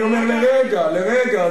אני אומר לרגע, לרגע.